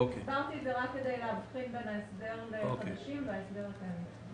דיברתי על זה רק כדי להבחין בין ההסדר לחדשים וההסדר לקיימים.